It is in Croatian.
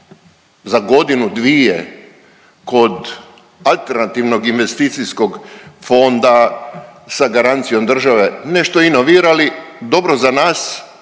za godinu, dvije kod alternativnog investicijskog fonda sa garancijom države nešto inovirali, dobro za nas,